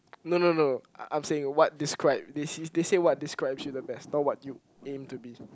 no no no I'm saying what describe this they say what describes you the best not what you aim to be